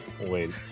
wait